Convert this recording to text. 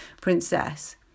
princess